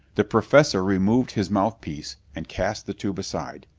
the professor removed his mouthpiece and cast the tube aside.